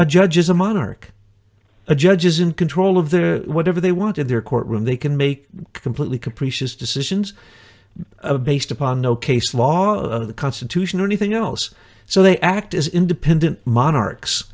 a judge is a monarch a judge is in control of their whatever they want in their courtroom they can make completely capricious decisions based upon no case law of the constitution or anything else so they act as independent monarchs